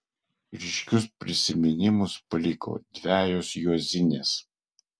ryškius prisiminimus paliko dvejos juozinės